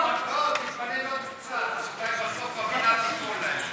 תתפלל עוד קצת, אולי בסוף המדינה תעזור להם.